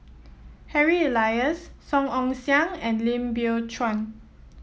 Harry Elias Song Ong Siang and Lim Biow Chuan